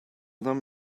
them